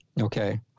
Okay